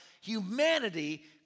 humanity